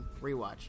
rewatch